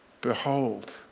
behold